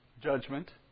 judgment